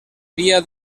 via